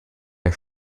der